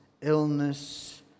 illness